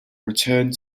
returned